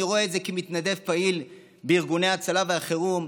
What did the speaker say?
אני רואה את זה כמתנדב פעיל בארגוני ההצלה והחירום,